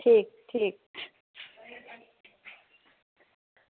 ठीक ठीक